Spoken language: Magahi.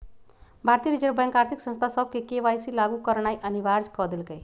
भारतीय रिजर्व बैंक आर्थिक संस्था सभके के.वाई.सी लागु करनाइ अनिवार्ज क देलकइ